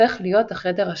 ההופך להיות החדר השלישי,